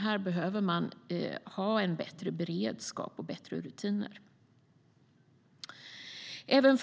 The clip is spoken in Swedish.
Här behöver man ha en bättre beredskap och bättre rutiner. Även